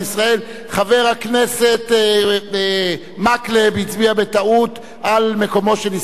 חבר הכנסת מקלב הצביע בטעות על מקומו של ישראל חסון.